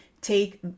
take